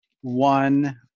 one